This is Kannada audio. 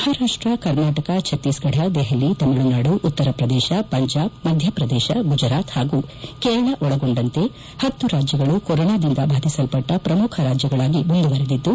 ಮಹಾರಾಷ್ಷ ಕರ್ನಾಟಕ ಭಕ್ತೀಸ್ಗಢ ದೆಹಲಿ ತಮಿಳುನಾಡು ಉತ್ತರ ಪ್ರದೇಶ ಪಂಜಾಬ್ ಮಧ್ಯಪ್ರದೇಶ ಗುಜರಾತ್ ಪಾಗೂ ಕೇರಳ ಒಳಗೊಂಡಂತೆ ಪತ್ತು ರಾಜ್ಗಳು ಕೊರೊನಾದಿಂದ ಬಾಧಿಸಲ್ಪಟ್ಟ ಕ್ರಮುಖ ರಾಜ್ಗಳಾಗಿ ಮುಂದುವರೆದಿದ್ದು